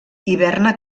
hiverna